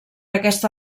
aquesta